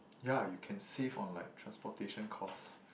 yeah you can save on like transportation cost